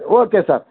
okay sir